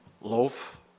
loaf